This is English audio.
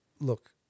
Look